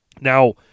Now